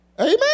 Amen